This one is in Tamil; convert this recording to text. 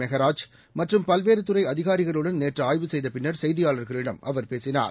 மெகராஜ் மற்றும் பல்வேறு துறை அதிகாரிகளுடன் நேற்று ஆய்வு செய்தபின்னர் செய்தியாளர்களிடம் அவர் பேசினார்